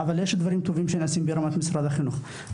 אבל יש דברים טובים שנעשים ברמת משרד החינוך.